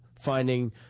finding